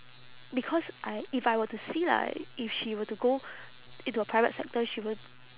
because I if I were to see like if she were to go into a private sector she won't